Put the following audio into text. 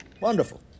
Wonderful